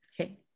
Okay